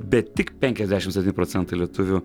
bet tik penkiasdešim septini procentai lietuvių